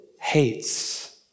hates